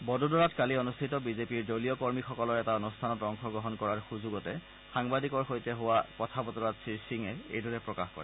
বদোদৰাত কালি অনুষ্ঠিত বিজেপিৰ দলীয় কৰ্মীসকলৰ এটা অনুষ্ঠানত অংশগ্ৰহণ কৰাৰ সুযোগতে সাংবাদিকৰ সৈতে হোৱা কথা বতৰাত শ্ৰীসিঙে এইদৰে প্ৰকাশ কৰে